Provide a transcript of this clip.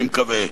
אני מקווה,